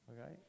Okay